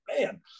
man